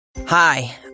Hi